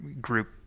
Group